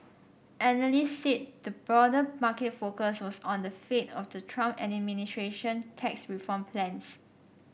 analysts said the broader market focus was on the fate of the Trump administration tax reform plans